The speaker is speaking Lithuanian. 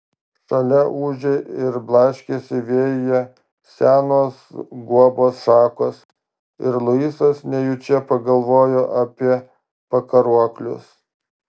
šalia ūžė ir blaškėsi vėjyje senos guobos šakos ir luisas nejučia pagalvojo apie pakaruoklius